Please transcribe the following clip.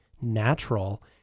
natural